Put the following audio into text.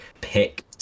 pick